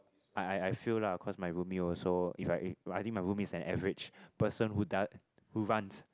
I I I feel lah cause my roomie also if I I think my roomie average person who done who runs